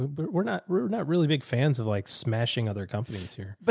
but we're not, we're not really big fans of like smashing other companies here, but